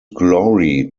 glory